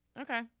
okay